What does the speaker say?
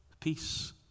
peace